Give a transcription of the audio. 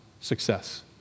success